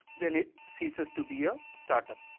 then it ceases to be a start-up.